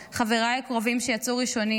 חבריי הקרובים שיצאו ראשונים,